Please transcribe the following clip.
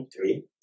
Three